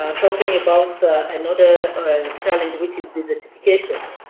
um talking about another challenge which is is deforestation.